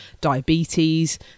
diabetes